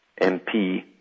MP